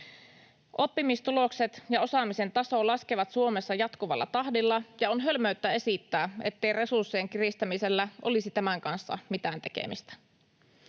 Oppimistulokset ja osaamisen taso laskevat Suomessa jatkuvalla tahdilla, ja on hölmöyttä esittää, ettei resurssien kiristämisellä olisi tämän kanssa mitään tekemistä.